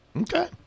Okay